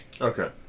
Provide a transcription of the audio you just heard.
Okay